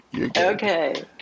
Okay